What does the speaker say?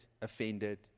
offended